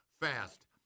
fast